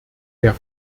der